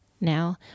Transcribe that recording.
now